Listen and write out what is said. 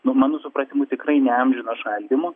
nu mano supratimu tikrai ne amžino šaldymo